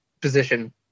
position